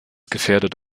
gefährdet